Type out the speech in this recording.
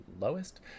lowest